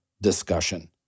discussion